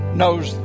knows